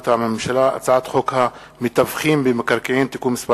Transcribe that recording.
מטעם הממשלה: הצעת חוק המתווכים במקרקעין (תיקון מס'